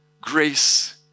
grace